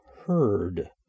heard